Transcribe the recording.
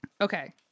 Okay